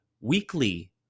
weekly